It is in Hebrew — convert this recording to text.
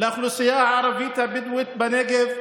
לאוכלוסייה הערבית הבדואית בנגב,